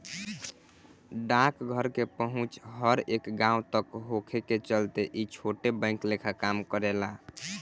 डाकघर के पहुंच हर एक गांव तक होखे के चलते ई छोट बैंक लेखा काम करेला